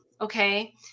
Okay